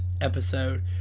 episode